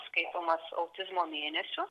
skaitomas autizmo mėnesiu